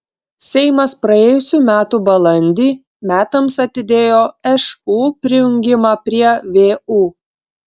seimas praėjusių metų balandį metams atidėjo šu prijungimą prie vu